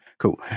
Cool